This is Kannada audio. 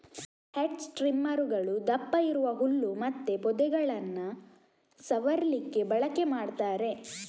ಹೆಡ್ಜ್ ಟ್ರಿಮ್ಮರುಗಳು ದಪ್ಪ ಇರುವ ಹುಲ್ಲು ಮತ್ತೆ ಪೊದೆಗಳನ್ನ ಸವರ್ಲಿಕ್ಕೆ ಬಳಕೆ ಮಾಡ್ತಾರೆ